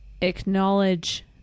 acknowledge